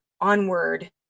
onward